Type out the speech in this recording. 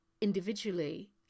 individually